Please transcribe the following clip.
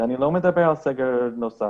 ואני לא מדבר על סגר נוסף,